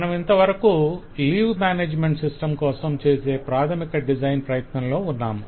మనమింతవరకు leave management system కోసం చేసే ప్రాధమిక డిజైన్ ప్రయత్నంలో ఉన్నాము